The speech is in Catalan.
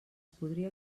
podria